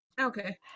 Okay